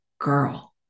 girl